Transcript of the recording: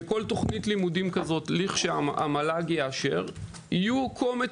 בכל תוכנית לימודים כזאת כאשר המל"ג יאשר יהיו קומץ